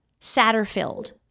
Satterfield